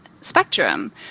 spectrum